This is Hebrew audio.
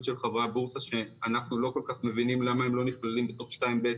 של חברות בורסה שאנחנו לא כל כך מבינים למה הם לא נכללים בתוך 2ב',